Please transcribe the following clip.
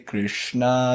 Krishna